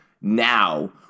now